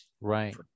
right